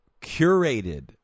curated